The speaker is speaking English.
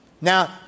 Now